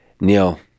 Neil